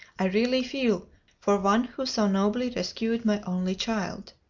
i really feel for one who so nobly rescued my only child.